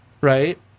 right